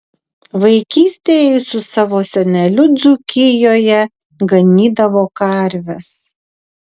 vaikystėje jis su savo seneliu dzūkijoje ganydavo karves